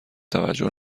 توجه